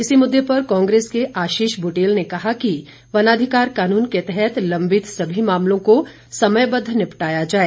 इसी मुद्दे पर कांग्रेस के आशीष बुटेल ने कहा कि वनाधिकार कानून के तहत लंबित सभी मामलों को समयबद्व निपटाया जाए